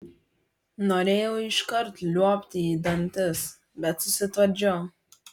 norėjau iškart liuobti į dantis bet susitvardžiau